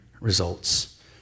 results